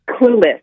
Clueless